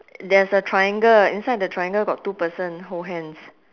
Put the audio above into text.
there's a triangle inside the triangle got two person hold hands